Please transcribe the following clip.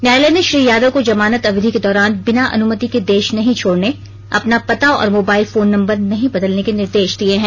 न्यायालय ने श्री यादव को जमानत अवधि के दौरान बिना अनुमति के देश नहीं छोड़ने अपना पता और मोबाइल फोन नम्बर नहीं बदलने के निर्देश दिये हैं